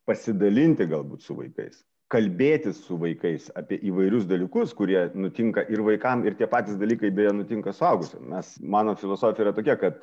pasidalinti galbūt su vaikais kalbėtis su vaikais apie įvairius dalykus kurie nutinka ir vaikam ir tie patys dalykai beje nutinka suaugusiem mes mano filosofija yra tokia kad